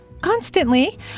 constantly